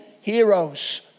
heroes